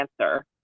answer